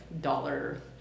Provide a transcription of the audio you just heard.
dollar